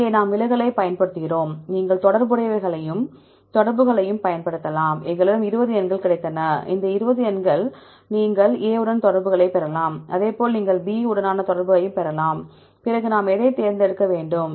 இங்கே நாம் விலகலைப் பயன்படுத்துகிறோம் நாங்கள் தொடர்புகளையும் பயன்படுத்தலாம் எங்களிடம் 20 எண்கள் கிடைத்தன இங்கு 20 எண்கள் கிடைத்தன நீங்கள் A உடன் தொடர்புகளைப் பெறலாம் அதேபோல் நீங்கள் B உடனான தொடர்பைப் பெறலாம் பிறகு நாம் எதைத் தேர்ந்தெடுக்க வேண்டும்